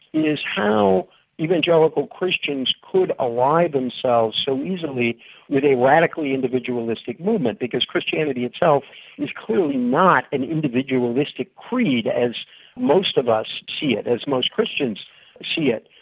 is how evangelical christians could ally themselves so easily with a radically individualistic movement, because christianity itself is clearly not an individualistic creed as most of us see it as most christians see it.